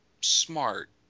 smart